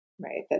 right